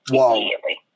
immediately